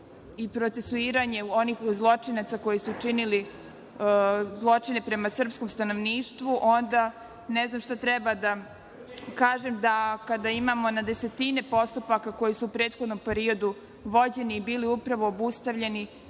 i procesuiranje onih zločinaca koji su činili zločine prema srpskom stanovništvu, onda ne znam šta treba da kažem kada imamo na desetine postupaka koji su u prethodnom periodu vođeni i bili upravo obustavljeni